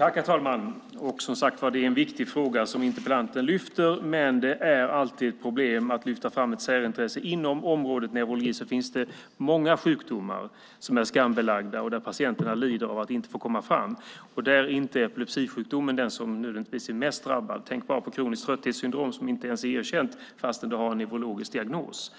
Herr talman! Det är som sagt en viktig fråga som interpellanten lyft fram, men det är alltid ett problem att lyfta fram ett särintresse. Inom området neurologi finns det många sjukdomar som är skambelagda och där patienter lider av att inte få komma fram. Där är inte de med epilepsisjukdom de mest drabbade. Tänk bara på syndromet kronisk trötthet som inte ens är erkänt fast det finns en neurologisk diagnos.